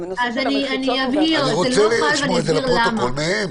אני רוצה לשמוע את זה לפרוטוקול מהם.